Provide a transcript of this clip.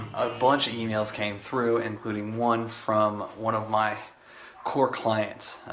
a bunch of e-mails came through, including one from one of my core clients,